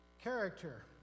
Character